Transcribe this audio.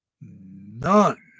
none